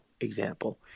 example